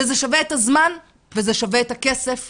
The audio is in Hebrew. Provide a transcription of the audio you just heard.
וזה שווה את הזמן וזה שווה את הכסף.